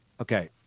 okay